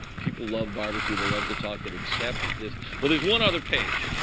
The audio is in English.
people love barbecue. they love to talk it, except this well, there's one other page,